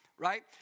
Right